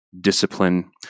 discipline